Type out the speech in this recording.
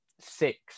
six